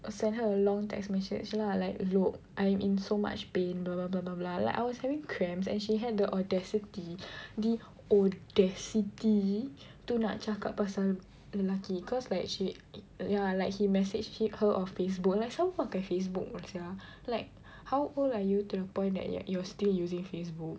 I send her long text message lah like look I'm in so much pain bla bla bla bla bla like I was having cramps and she had the audacity the audacity to nak cakap pasal lelaki cause like she ya like he messaged her on Facebook like siapa pakai Facebook sia like how old are you to the point that you are still using Facebook